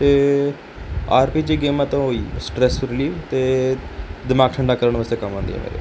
ਅਤੇ R P G game ਮਤਲਬ ਉਹੀ ਸਟਰੈਸ ਰਿਲੀਫ ਅਤੇ ਦਿਮਾਗ ਠੰਡਾ ਕਰਨ ਵਾਸਤੇ ਕਵਾਂ ਦੀ